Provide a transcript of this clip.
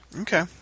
Okay